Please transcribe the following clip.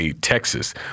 Texas